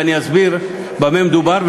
ואני אסביר במה מדובר,